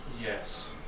Yes